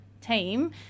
team